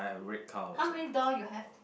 how many door you have